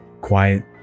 quiet